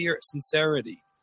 sincerity